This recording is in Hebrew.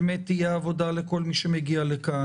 עם כל הכבוד לרצון להבטיח שבאמת תהיה עבודה לכל מי שמגיע לכאן,